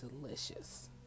delicious